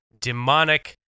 Demonic